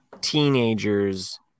teenagers